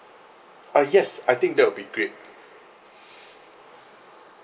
uh yes I think that would be great